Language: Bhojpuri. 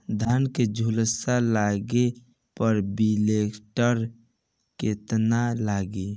धान के झुलसा लगले पर विलेस्टरा कितना लागी?